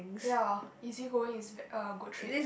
ya easygoing is ve~ a good trait